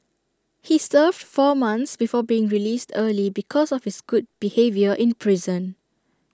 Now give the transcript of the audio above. he served four months before being released early because of his good behaviour in prison